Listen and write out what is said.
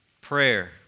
Prayer